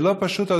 זה לא פשוט,